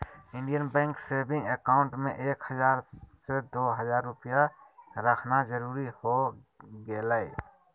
Indian Bank saving account में एक हजार से दो हजार रुपया रखना जरूरी हो गेलय